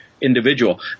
individual